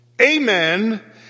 Amen